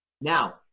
Now